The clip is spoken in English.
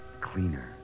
Cleaner